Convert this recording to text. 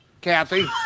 Kathy